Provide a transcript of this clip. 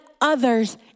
others